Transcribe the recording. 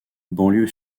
banlieue